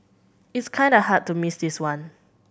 it's kinda hard to miss this one